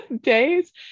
days